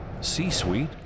C-Suite